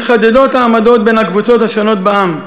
מתחדדות העמדות בין הקבוצות השונות בעם,